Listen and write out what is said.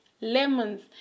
lemons